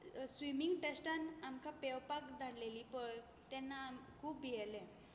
swimming टॅस्टान आमकां पेंवपाक धाडलेलीं पळय तेन्ना आम खूब भियेलें